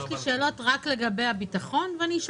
19' היה?